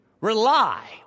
rely